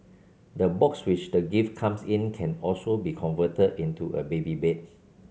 the box which the gift comes in can also be converted into a baby bed